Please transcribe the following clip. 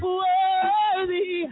worthy